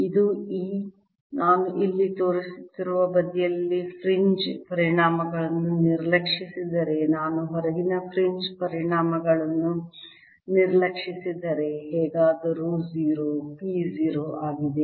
ಇದು E ನಾನು ಇಲ್ಲಿ ತೋರಿಸುತ್ತಿರುವ ಬದಿಯಲ್ಲಿರುವ ಫ್ರಿಂಜ್ ಪರಿಣಾಮಗಳನ್ನು ನಿರ್ಲಕ್ಷಿಸಿದರೆ ನಾನು ಹೊರಗಿನ ಫ್ರಿಂಜ್ ಪರಿಣಾಮಗಳನ್ನು ನಿರ್ಲಕ್ಷಿಸಿದರೆ ಹೇಗಾದರೂ 0 P 0 ಆಗಿದೆ